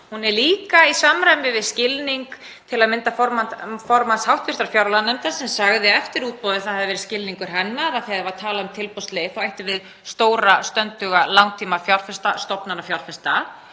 Hún er líka í samræmi við skilning til að mynda formanns hv. fjárlaganefndar sem sagði eftir útboðið að það hefði verið skilningur hennar þegar var talað um tilboðsleið að þá væri átt við stóra, stönduga langtímafjárfesta stofnanafjárfesta.